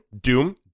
Doom